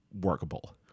workable